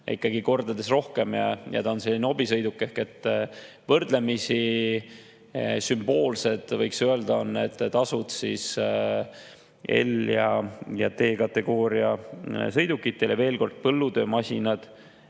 ikkagi kordades suurem ja ta on selline hobisõiduk. Ehk võrdlemisi sümboolsed, võiks öelda, on need tasud L‑ ja T‑kategooria sõidukitel. Veel kord: põllutöömasinad